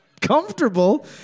comfortable